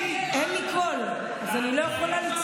אז מגיע להם.